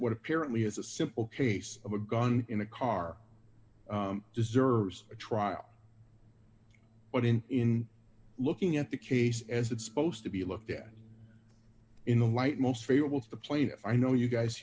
what apparently is a simple case of a gun in a car deserves a trial but in in looking at the case as it's supposed to be looked at in the light most favorable to the plaintiff i know you guys